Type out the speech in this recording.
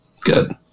good